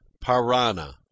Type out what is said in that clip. Parana